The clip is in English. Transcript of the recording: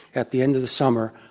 at the end of the summer,